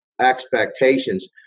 expectations